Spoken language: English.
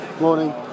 Morning